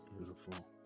Beautiful